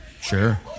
Sure